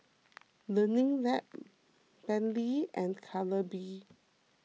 Learning Lab Bentley and Calbee